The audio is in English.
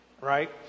right